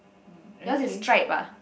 mm okay